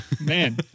Man